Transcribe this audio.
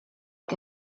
que